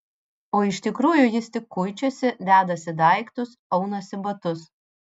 o iš tikrųjų jis tik kuičiasi dedasi daiktus aunasi batus